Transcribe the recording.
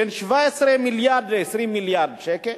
בין 17 מיליארד ל-20 מיליארד שקל.